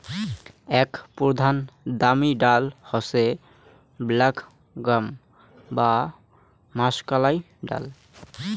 আক প্রধান দামি ডাল হসে ব্ল্যাক গ্রাম বা মাষকলাইর ডাল